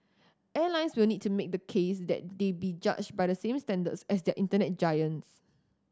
airlines will need to make the case that they be judged by the same standards as the Internet giants